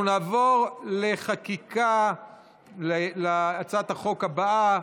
אנחנו נעבור להצעת החוק הבאה,